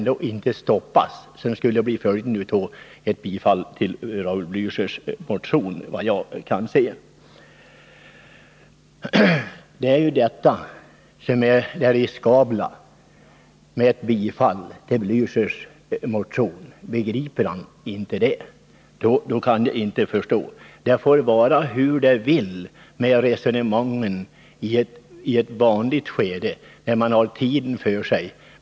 Det skulle, vad jag kan se, bli följden av ett bifall till Raul Blächers motion — och det är detta som är det riskabla. Jag kan inte förstå att han inte begriper det. Resonemanget får gå hur det vill i ett vanligt skede, när man har tid på sig.